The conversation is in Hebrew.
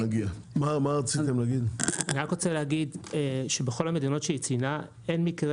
אני רק רוצה להגיד שבכל המדינות שהיא ציינה אין מקרה